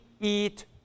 eat